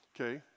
Okay